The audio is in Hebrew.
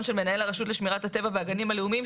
של מנהל הרשות לשמירת הטבע והגנים הלאומיים,